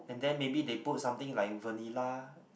and then maybe they put something like vanilla